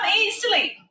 easily